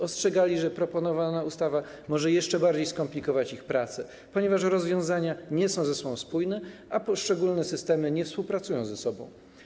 Ostrzegali, że proponowana ustawa może jeszcze bardziej skomplikować ich pracę, ponieważ rozwiązania nie są ze sobą spójne, a poszczególne systemy nie współpracują ze sobą.